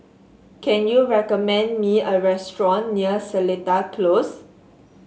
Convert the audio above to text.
can you recommend me a restaurant near Seletar Close